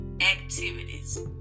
activities